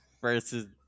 Versus